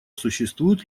существует